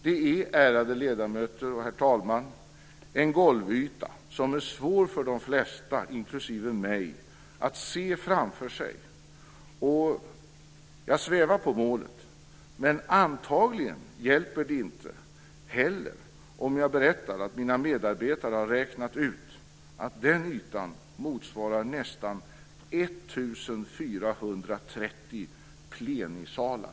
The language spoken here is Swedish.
Det är, ärade ledamöter och herr talman, en golvyta som är svår för de flesta, inklusive mig, att se framför sig. Jag svävar på målet, men antagligen hjälper det inte heller om jag berättar att mina medarbetare har räknat ut att den ytan motsvarar nästan 1 430 plenisalar.